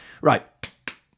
Right